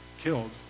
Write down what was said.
killed